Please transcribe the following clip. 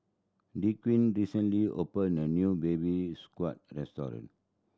Dequan recently opened a new Baby Squid restaurant